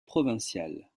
provincial